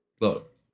Look